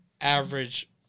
average